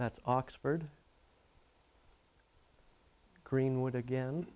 that's oxford greenwood again